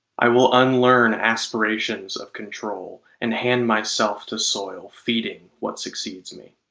i will unlearn aspirations of control and hand myself to soil, feeding what succeeds me.